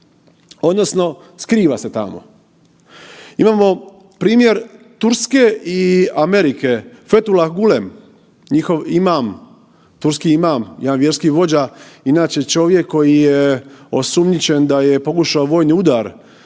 odnosno skriva se tamo. Imamo primjer Turske i Amerike, Fethullah Gülen, njihov imam, turski imam, jedan vjerski vođa, inače čovjek koji je osumnjičen da je pokušao vojni udar